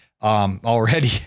already